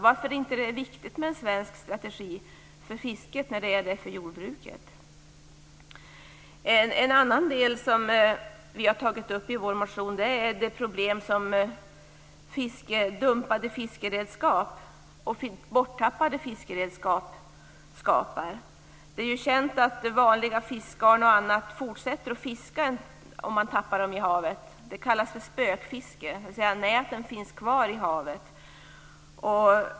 Varför är det inte viktigt med en svensk strategi för fisket när det är viktigt för jordbruket? En annan sak som vi har tagit upp i vår motion är det problem som dumpade och borttappade fiskeredskap skapar. Det är ju känt att vanliga fiskgarn och andra redskap fortsätter att fiska om man tappar dem i havet. Det kallas för spökfiske, dvs. när näten finns kvar i havet.